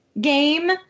game